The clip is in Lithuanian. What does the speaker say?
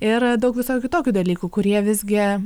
ir daug visokių kitokių dalykų kurie visgi